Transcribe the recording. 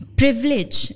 privilege